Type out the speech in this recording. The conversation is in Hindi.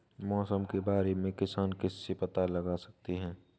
मौसम के बारे में किसान किससे पता लगा सकते हैं?